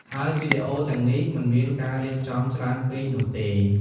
ហើយវីដេអូទាំងនេះមិនមានការរៀបចំច្រើនពេកនោះទេ។